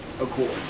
accord